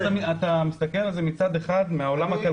כן, בסדר, אבל אתה מסתכל על זה מן העולם הכלכלי.